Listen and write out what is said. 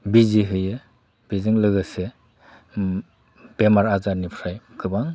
बिजि होयो बेजों लोगोसे बेमार आजारनिफ्राय गोबां